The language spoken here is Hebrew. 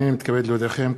הנני מתכבד להודיעכם,